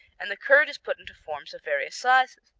and the curd is put into forms of various sizes.